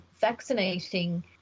vaccinating